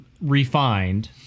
refined